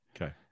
okay